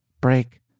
break